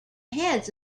heads